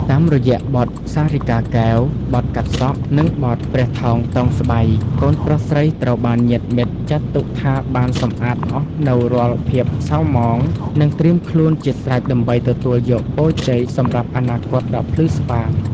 តាមរយៈបទ សារិកាកែវ បទ កាត់សក់ និងបទ ព្រះថោងតោងស្បៃ កូនប្រុសស្រីត្រូវបានញាតិមិត្តចាត់ទុកថាបានសម្អាតអស់នូវរាល់ភាពសៅហ្មង និងត្រៀមខ្លួនជាស្រេចដើម្បីទទួលយកពរជ័យសម្រាប់អនាគតដ៏ភ្លឺស្វាង។